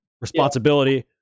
responsibility